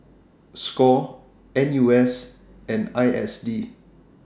SCORE NUS and ISD